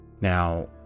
Now